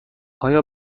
آیا